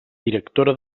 directora